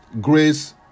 grace